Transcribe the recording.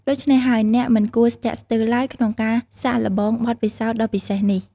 ដូច្នេះហើយ អ្នកមិនគួរស្ទាក់ស្ទើរឡើយក្នុងការសាកល្បងបទពិសោធន៍ដ៏ពិសេសនេះ។